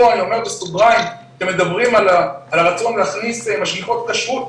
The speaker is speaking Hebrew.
פה אני אומר בסוגריים שאתם מדברים על הרצון להכניס משגיחות כשרות,